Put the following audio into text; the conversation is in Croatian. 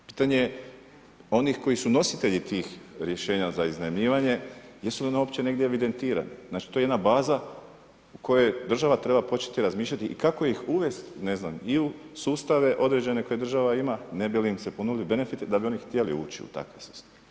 Pitanje je onih koji su nositelji tih rješenja za iznajmljivanje, jesu li oni uopće negdje evidentirani, znači to je jedna baza u kojoj država treba početi razmišljati i kako ih uvesti u sustave određene koje država ima, ne bi li im se ponudili benefiti da bi oni htjeli ući u takve sustave.